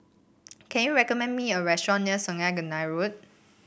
can you recommend me a restaurant near Sungei Tengah Road